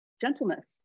gentleness